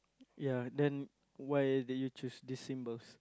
ya then why did you choose this symbols